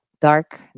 dark